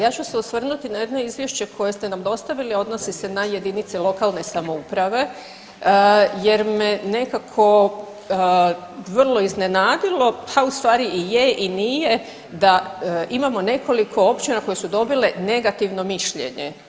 Ja ću se osvrnuti na jedno izvješće koje ste nam dostavili, a odnosi se na jedinice lokalne samouprava jer me nekako vrlo iznenadilo, a u stvari i je i nije, da imamo nekoliko općina koje su dobile negativno mišljenje.